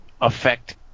affect